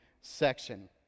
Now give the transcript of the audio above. section